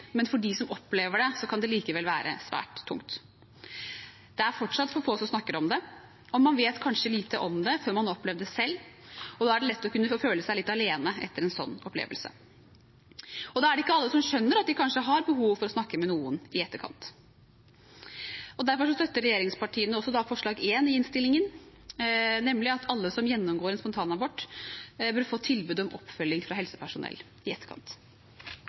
men for dem som opplever det, kan det likevel være svært tungt. Det er fortsatt for få som snakker om det. Man vet kanskje lite om det før man opplever det selv, og det er lett å føle seg litt alene etter en slik opplevelse. Da er det ikke alle som skjønner at de kanskje har behov for å snakke med noen i etterkant. Derfor støtter regjeringspartiene også forslag nr. 1 i innstillingen, nemlig at alle som gjennomgår en spontanabort, bør få tilbud om oppfølging fra helsepersonell i etterkant.